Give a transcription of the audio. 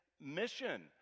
mission